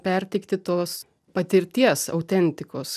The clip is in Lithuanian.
perteikti tos patirties autentikos